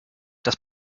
das